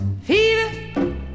Fever